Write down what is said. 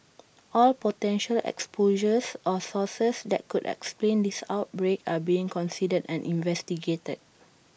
all potential exposures or sources that could explain this outbreak are being considered and investigated